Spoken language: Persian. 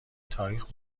تاریخ